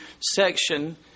section